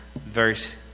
verse